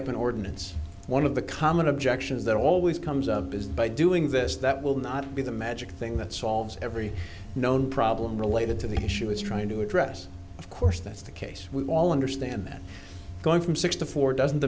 up an ordinance one of the common objections that always comes up is the by doing this that will not be the magic thing that solves every known problem related to the issue it's trying to address of course that's the case we all understand that going from six to four doesn't